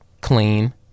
clean